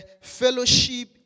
fellowship